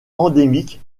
endémique